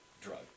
drug